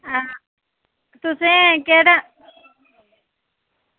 हां तुसें केह्